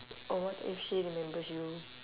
or if she remembers you